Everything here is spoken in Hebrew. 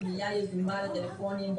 פנייה יזומה לטלפונים,